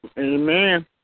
Amen